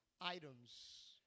items